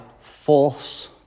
force